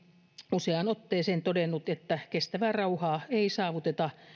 useaan otteeseen todennut että kestävää rauhaa ei saavuteta